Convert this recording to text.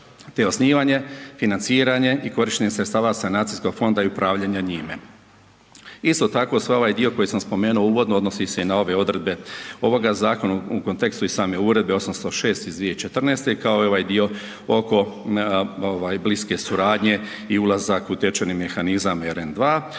te osnivanje, financiranje i korištenje sredstava sanacijskog fonda i upravljanja njime. Isto tako, sav ovaj dio koji sam spomenuo uvodno odnosi se i na ove odredbe ovoga zakona u kontekstu i same Uredbe 806/2014 kao i ovaj dio oko bliske suradnje i ulazak u tečajni mehanizam ERM